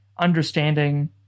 understanding